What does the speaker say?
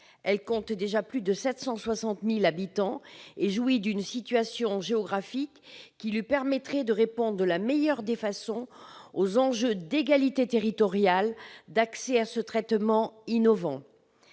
compte déjà plus de 760 000 habitants et jouit d'une situation géographique qui lui permettrait de répondre de la meilleure des façons aux enjeux d'égalité territoriale d'accès à ce traitement innovant,